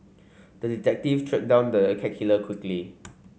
the detective tracked down the cat killer quickly